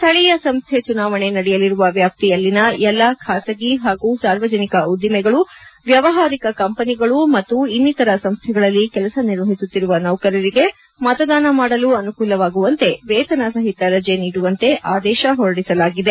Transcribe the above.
ಶ್ವೀಯ ಸಂಸ್ಥೆ ಚುನಾವಣೆ ನಡೆಯಲಿರುವ ವ್ಯಾಪ್ತಿಯಲ್ಲಿನ ಎಲ್ಲಾ ಖಾಸಗಿ ಪಾಗೂ ಸಾರ್ವಜನಿಕ ಉದ್ದಿಮಗಳು ವ್ಯವಹಾರಿಕ ಕಂಪನಿಗಳು ಮತ್ತು ಇನ್ನಿತರ ಸಂಸ್ಥೆಗಳಲ್ಲಿ ಕೆಲಸ ನಿರ್ವಹಿಸುತ್ತಿರುವ ನೌಕರರಿಗೆ ಮತದಾನ ಮಾಡಲು ಅನುಕೂಲವಾಗುವಂತೆ ವೇತನ ಸಹಿತ ರಜೆ ನೀಡುವಂತೆ ಆದೇಶ ಹೊರಡಿಸಲಾಗಿದೆ